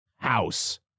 House